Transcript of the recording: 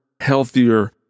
healthier